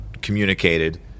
communicated